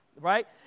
right